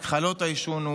התחלות העישון,